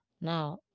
now